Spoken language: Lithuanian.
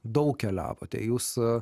daug keliavote jūs